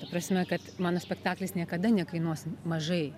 ta prasme kad mano spektaklis niekada nekainuos mažai